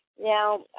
Now